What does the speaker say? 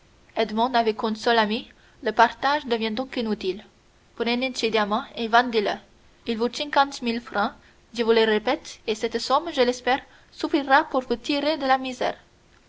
le partage devient donc inutile prenez ce diamant et vendez le il vaut cinquante mille francs je vous le répète de cette somme je l'espère suffira pour vous tirer de la misère